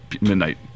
Midnight